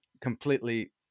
Completely